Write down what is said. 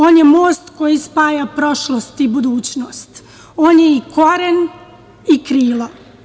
On je most koji spaja prošlost i budućnost, on je i koren i krilo.